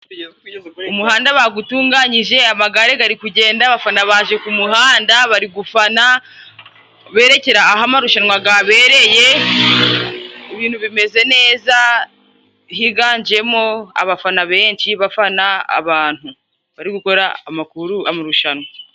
Umuhanda bagutunganyije, amagare gari kugenda, abafana baje ku muhanda bari gufana berekera aha amarushanwa gabereye, ibintu bimeze neza higanjemo abafana benshi bafana abantu bari gukora amakuru amarushanwa.